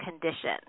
condition